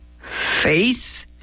faith